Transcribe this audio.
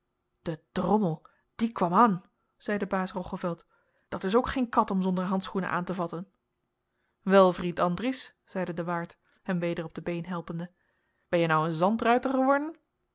de drommel die kwam an zeide baas roggeveld dat is ook geen kat om zonder handschoenen aan te vatten wel vriend andries zeide de waard hem weder op de been helpende benje nou een zandruiter eworden